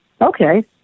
Okay